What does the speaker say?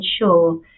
ensure